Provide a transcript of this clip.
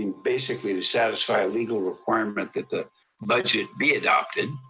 basically to satisfy a legal requirement that the budget be adopted,